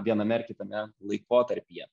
viename ar kitame laikotarpyje